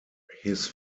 his